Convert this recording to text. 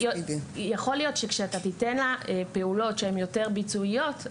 יכול להיות שכשאתה תיתן לה פעולות שהן יותר ביצועיות,